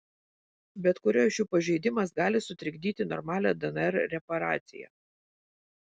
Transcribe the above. bet kurio iš jų pažeidimas gali sutrikdyti normalią dnr reparaciją